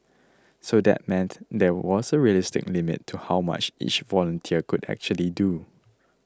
so that meant there was a realistic limit to how much each volunteer could actually do